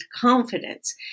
confidence